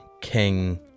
King